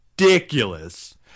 ridiculous